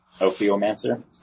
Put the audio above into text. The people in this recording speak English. Ophiomancer